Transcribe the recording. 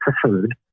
preferred